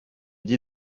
dit